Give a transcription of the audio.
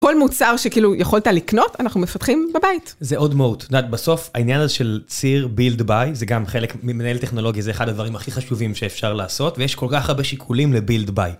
כל מוצר שכאילו יכולת לקנות, אנחנו מפתחים בבית. זה עוד מאוד. זאת אומרת, בסוף העניין הזה של ציר build by, זה גם חלק ממנהל טכנולוגיה, זה אחד הדברים הכי חשובים שאפשר לעשות, ויש כל כך הרבה שיקולים ל-build by.